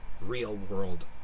real-world